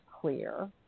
clear